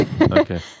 okay